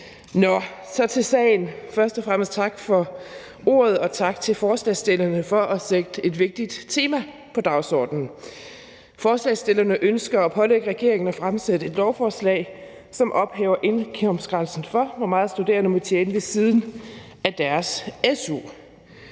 Så til sagen: Først og fremmest tak for ordet, og tak til forslagsstillerne for at sætte et vigtigt tema på dagsordenen. Forslagsstillerne ønsker at pålægge regeringen at fremsætte et lovforslag, som ophæver indkomstgrænsen for, hvor meget studerende må tjene ved siden af deres su.